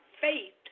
faith